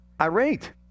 irate